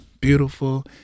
Beautiful